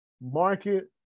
market